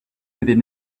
within